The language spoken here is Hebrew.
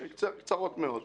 לשריפת מאות מכוניות,